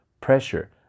pressure